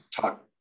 talk